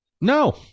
no